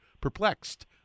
perplexed